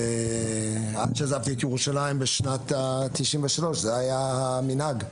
ועד שעזבתי את ירושלים בשנת 93' זה היה המנהג.